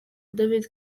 david